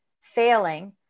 failing